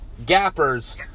gappers